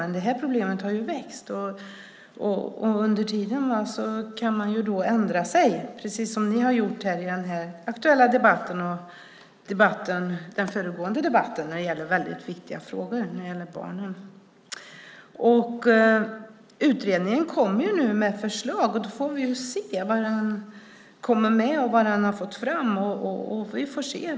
Men det här problemet har växt, och under tiden kan man ändra sig, precis som ni har gjort i den aktuella debatten, den föregående debatten om barnen. Utredningen kommer nu med sina förslag, och då får vi se vad man har kommit fram till.